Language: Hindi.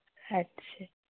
अच्छे